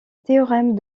théorème